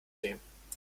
sehen